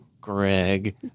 Greg